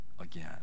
again